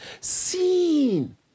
seen